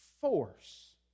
force